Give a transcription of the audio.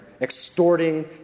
extorting